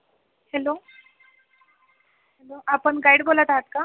आपण गाईड बोलत आहात का